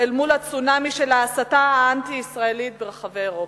אל מול הצונאמי של ההסתה האנטי-ישראלית ברחבי אירופה.